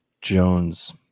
Jones